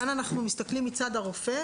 כאן אנחנו מסתכלים מצד הרופא,